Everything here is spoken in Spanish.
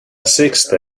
sexta